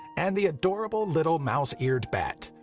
and the adorable little mouse-eared bat.